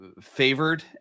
favored